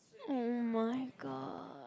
oh-my-god